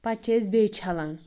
پَتہٕ چھِ أسۍ بیٚیہِ چَھلان